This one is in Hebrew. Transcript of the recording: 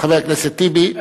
חבר הכנסת טיבי.